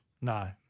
No